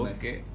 Okay